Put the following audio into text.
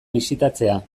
bisitatzea